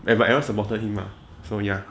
and what else about her him lah so ya